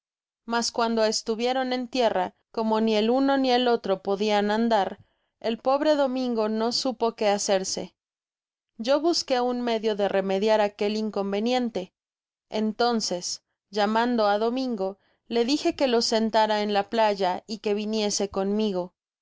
mas cuando estuvieron en tierra como ni el uno ni el etro podian andar el pobre domingo no supo que hacerse yo busqué un medio de remediar aquel inconveniente entonces llamando á domingo le dije que los sentara en la playa y que viniese conmigo